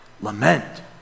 Lament